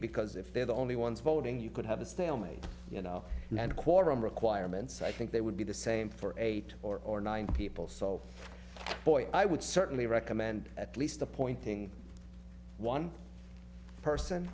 because if they're the only ones voting you could have a stalemate you know not a quorum requirement so i think they would be the same for eight or nine people solve boy i would certainly recommend at least appointing one person